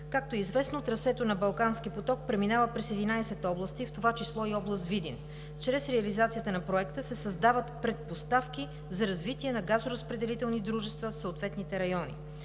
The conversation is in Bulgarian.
Както е известно, трасето на Балкански поток преминава през 11 области, в това число и област Видин. Чрез реализацията на Проекта се създават предпоставки за развитие на газоразпределителни дружества в съответните райони.